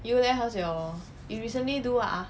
you leh how's your you recently do what ah